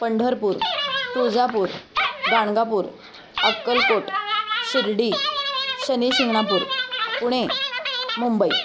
Pandharpur Tuljapur Ganagapur Akkalkot Shirdi Shani Shingnapur Pune Mumbai